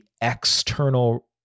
external